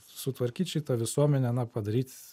sutvarkyt šitą visuomenę na padaryt